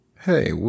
Hey